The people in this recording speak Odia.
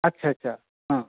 ଆଚ୍ଛା ଆଚ୍ଛା ହଁ